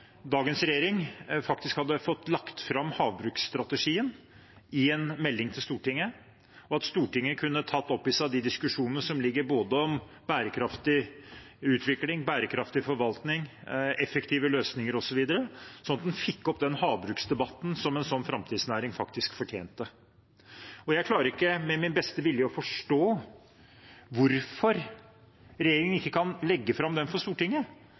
dagens regjering hadde fått lagt fram havbruksstrategien i en melding til Stortinget, og at Stortinget kunne tatt opp i seg de diskusjonene som er om både bærekraftig utvikling, bærekraftig forvaltning, effektive løsninger osv., slik at en fikk opp den havbruksdebatten som en slik framtidsnæring faktisk fortjener. Jeg klarer ikke med min beste vilje å forstå hvorfor regjeringen ikke kan legge fram det for Stortinget